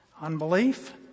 Unbelief